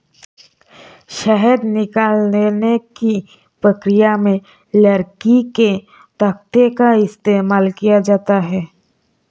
शहद निकालने की प्रक्रिया में लकड़ी के तख्तों का इस्तेमाल किया जाता है